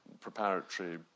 preparatory